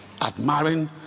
admiring